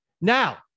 Now